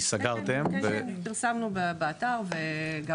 כן פרסמנו באתר, וגם